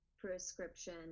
prescription